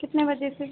कितने बजे से